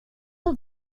will